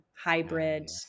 hybrid